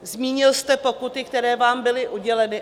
Zmínil jste pokuty, které vám byly uděleny.